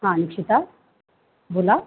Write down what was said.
हां निक्षिता बोला